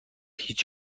هیچ